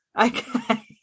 Okay